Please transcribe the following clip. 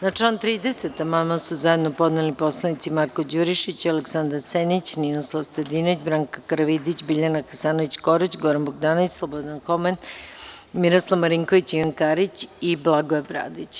Na član 30. amandman su zajedno podneli narodni poslanici Marko Đurišić, Aleksandar Senić, Ninoslav Stojadinović, Branka Karavidić, Biljana Hasanović Korać, Goran Bogdanović, Slobodan Homen, Miroslav Marinković, Ivan Karić i Blagoje Bradić.